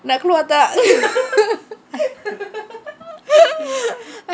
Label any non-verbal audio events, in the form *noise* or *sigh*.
nak keluar tak *laughs*